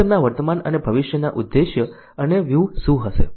તો તેમના વર્તમાન અને ભવિષ્યના ઉદ્દેશ અને વ્યૂહ શું છે